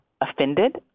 offended